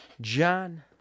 John